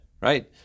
Right